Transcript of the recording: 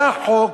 בא החוק,